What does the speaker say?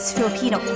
Filipino